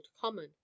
common